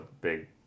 big